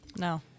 no